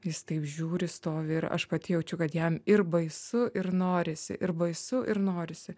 jis taip žiūri stovi ir aš pati jaučiu kad jam ir baisu ir norisi ir baisu ir norisi